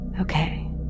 Okay